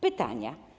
Pytania.